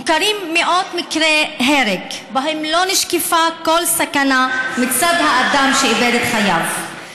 מוכרים מאות מקרי הרג שבהם לא נשקפה כל סכנה מצד האדם שאיבד את חייו.